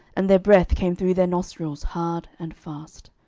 and their breath came through their nostrils hard and fast.